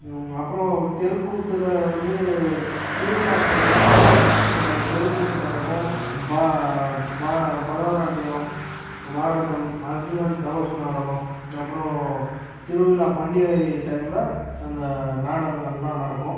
அப்பறம் தெருக்கூத்தில் வந்து திருவிழா டைமில் தெருக்கூத்து நடக்கும் பரதநாட்டியம் பாரதம் அர்ஜுனன் தவசு நாடகம் அப்பறம் திருவிழா பண்டிகை டைமில் அந்த நாடகங்கள்லாம் நடக்கும்